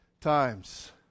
times